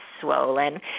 swollen